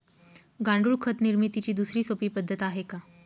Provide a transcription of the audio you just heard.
गांडूळ खत निर्मितीची दुसरी सोपी पद्धत आहे का?